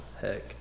heck